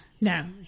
No